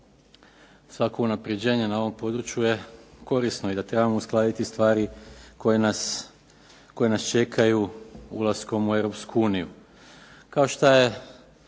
svako unapređenje na ovom području je korisno i da trebamo uskladiti stvari koje nas čekaju ulaskom u Europsku uniju. Kao što je